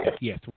Yes